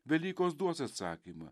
velykos duos atsakymą